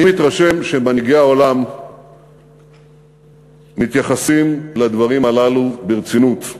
אני מתרשם שמנהיגי העולם מתייחסים לדברים הללו ברצינות.